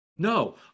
No